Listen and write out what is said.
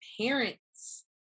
parents